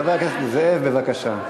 חבר הכנסת זאב, בבקשה.